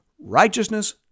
righteousness